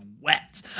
wet